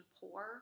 poor